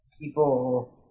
people